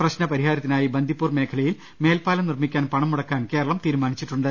പ്രശ്ന പരിഹാരത്തിനായി ബന്ദിപ്പൂർ മേഖലയിൽ മേൽപ്പാലം നിർമ്മിക്കാൻ പണം മുടക്കാൻ കേരളം തീരുമാനിച്ചിട്ടുണ്ട്